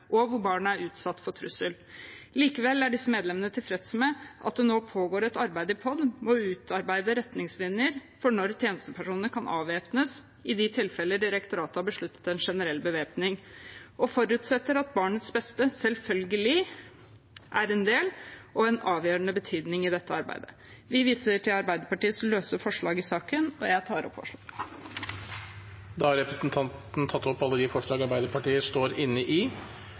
er utsatt for trussel. Likevel er disse medlemmene tilfreds med at det nå pågår et arbeid i Politidirektoratet, POD, med å utarbeide retningslinjer for når tjenestepersonene kan avvæpnes i de tilfellene direktoratet har besluttet en generell bevæpning, og forutsetter at barnets beste selvfølgelig er en del av og av avgjørende betydning i dette arbeidet. Jeg viser til Arbeiderpartiets løse forslag i saken og tar opp forslagene. Da har representanten Maria Aasen-Svensrud tatt opp